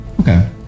Okay